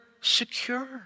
secure